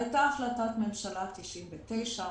היתה החלטת ממשלה 99,